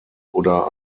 oder